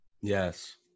Yes